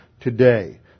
today